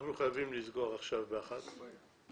אנחנו חייבים לסגור עכשיו את הישיבה.